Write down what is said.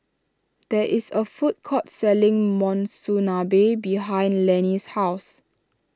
there is a food court selling Monsunabe behind Lennie's house